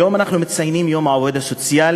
היום אנחנו מציינים את יום העובד הסוציאלי.